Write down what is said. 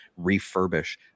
refurbish